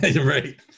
right